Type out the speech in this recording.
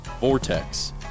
Vortex